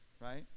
right